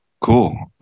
cool